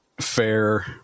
fair